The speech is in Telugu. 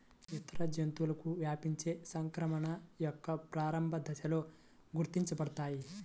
ఇతర జంతువులకు వ్యాపించే సంక్రమణ యొక్క ప్రారంభ దశలలో గుర్తించబడతాయి